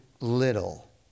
little